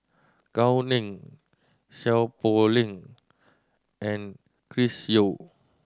Gao Ning Seow Poh Leng and Chris Yeo